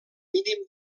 mínim